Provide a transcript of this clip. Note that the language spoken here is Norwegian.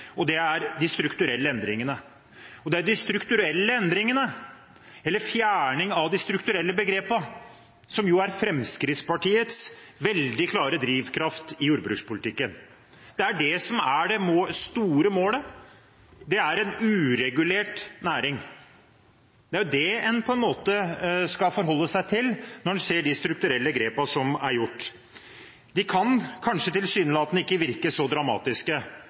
og det er de strukturelle endringene. Og det er de strukturelle endringene, eller fjerning av de strukturelle begrepene, som jo er Fremskrittspartiets veldig klare drivkraft i jordbrukspolitikken. Det er det som er det store målet: en uregulert næring. Det er det en på en måte skal forholde seg til når en ser på de strukturelle grepene som er gjort. De kan kanskje tilsynelatende ikke virke så dramatiske,